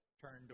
turned